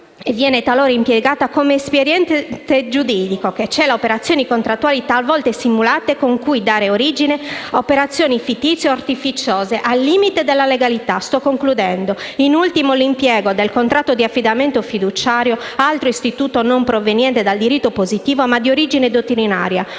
viene talora impiegata come espediente giuridico che cela operazioni contrattuali talvolta simulate con cui dare origine a operazioni fittizie o artificiose al limite della legalità. In ultimo, è previsto l'impiego del contratto di affidamento fiduciario, altro istituto non proveniente dal diritto positivo, ma di origine dottrinaria.